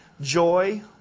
joy